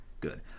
Good